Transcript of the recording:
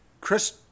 Chris